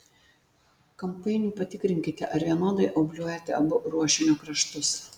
kampainiu patikrinkite ar vienodai obliuojate abu ruošinio kraštus